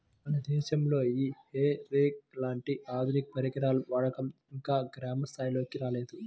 మన దేశంలో ఈ హే రేక్ లాంటి ఆధునిక పరికరాల వాడకం ఇంకా గ్రామ స్థాయిల్లోకి రాలేదు